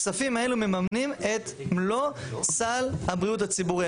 הכספים האלו מממנים את מלוא סל הבריאות הציבורי.